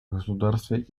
государстве